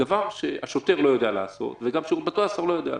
דבר שהשוטר לא יודע לעשות וגם שירות בתי הסוהר לא יודע לעשות.